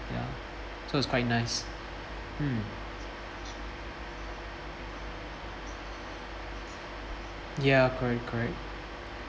ya so it's quite nice mm ya correct correct